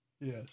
Yes